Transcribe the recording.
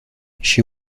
she